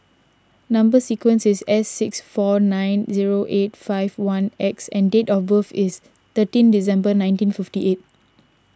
Number Sequence is S six four nine zero eight five one X and date of birth is thirteen December nineteen fifty eight